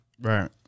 right